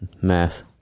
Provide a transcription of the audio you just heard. Math